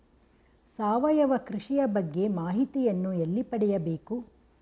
ಸಾವಯವ ಕೃಷಿಯ ಬಗ್ಗೆ ಮಾಹಿತಿಯನ್ನು ಎಲ್ಲಿ ಪಡೆಯಬೇಕು?